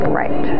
right